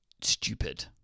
stupid